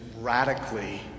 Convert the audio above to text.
radically